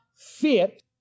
Fit